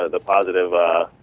ah the positive